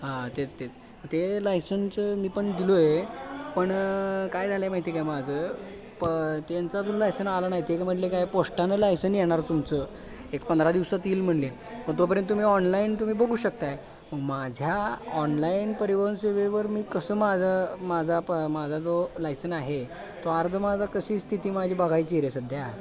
हां तेच तेच ते लायसनचं मी पण दिलं आहे पण काय झालं आहे माहिती काय माझं प त्यांचा जो लायसन आला नाही ते म्हणाले काय पोष्टानं लायसन येणार तुमचं एक पंधरा दिवसात येईल म्हणले पण तोपर्यंत तुम्ही ऑनलाईन तुम्ही बघू शकताय माझ्या ऑनलाईन परिवहन सेवेवर मी कसं माझं माझा प माझा जो लायसन आहे तो अर्ज माझा कशी स्थिती माझी बघायची आहे रे सध्या